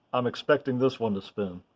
i'm expecting this one to spin.